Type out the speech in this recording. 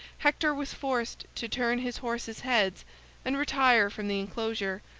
hector was forced to turn his horses' heads and retire from the enclosure,